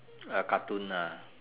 uh cartoon ah